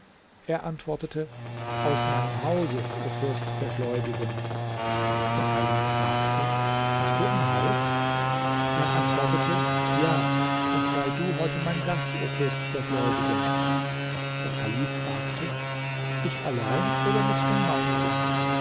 er antwortete aus meinem hause o fürst der gläubigen der kalif fragte hast du ein haus er antwortete ja und sei du heute mein gast o fürst der gläubigen der kalif fragte ich allein oder mit den meinigen